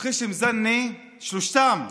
וחשם זנה, שלושתם,